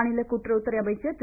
மாநில கூட்டுறவுத்துறை அமைச்சர் திரு